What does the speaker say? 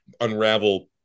unravel